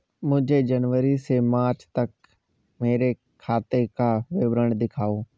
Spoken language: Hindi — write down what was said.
मुझे जनवरी से मार्च तक मेरे खाते का विवरण दिखाओ?